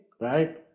Right